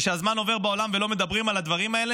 וכשהזמן עובר בעולם ולא מדברים על הדברים האלה,